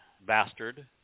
bastard